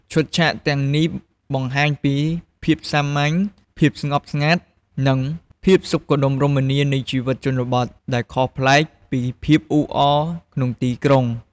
ឈុតឆាកទាំងនេះបង្ហាញពី ភាពសាមញ្ញ ភាពស្ងប់ស្ងាត់ និងភាពសុខដុមរមនា នៃជីវិតជនបទ ដែលខុសប្លែកពីភាពអ៊ូអរក្នុងទីក្រុង។